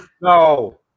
No